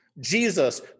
Jesus